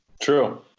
True